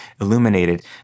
illuminated